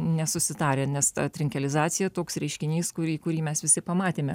nesusitarę nes ta trinkelizacija toks reiškinys kurį kurį mes visi pamatėme